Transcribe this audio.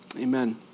Amen